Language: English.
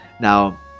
Now